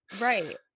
Right